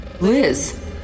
Liz